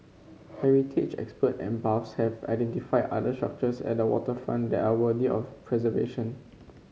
heritage expert and buffs have identified other structures at the waterfront that are worthy of preservation